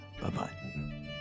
bye-bye